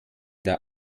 der